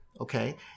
okay